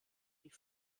die